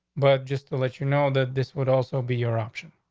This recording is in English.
but just to let you know that this would also be your options